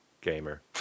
gamer